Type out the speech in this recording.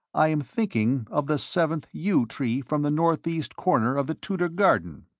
i am thinking of the seventh yew tree from the northeast corner of the tudor garden.